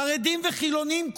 חרדים וחילונים,